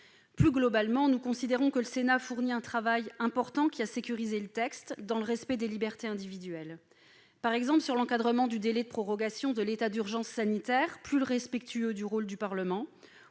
Plus globalement, nous considérons que le Sénat a fourni un travail important qui a sécurisé le texte dans le respect des libertés individuelles, par exemple sur l'encadrement du délai de prorogation de l'état d'urgence sanitaire, plus respectueux du rôle du Parlement,